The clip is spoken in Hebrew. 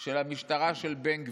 של המשטרה של בן גביר.